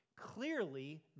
clearly